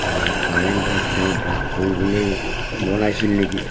আৰু কাৰেংঘৰত তেওঁ বাস কৰিবলৈ বনাইছিল নেকি